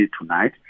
tonight